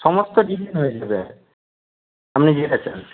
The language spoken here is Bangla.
সমস্ত ডিজাইন হয়ে যাবে আপনি যেটা চান